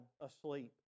asleep